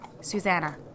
Susanna